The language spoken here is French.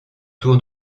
tour